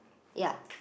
ya